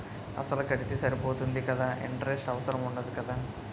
అసలు కడితే సరిపోతుంది కదా ఇంటరెస్ట్ అవసరం ఉండదు కదా?